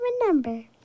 remember